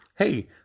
Hey